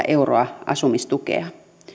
euroa asumistukea